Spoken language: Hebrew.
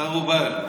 מחר הוא בא אליו,